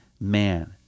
man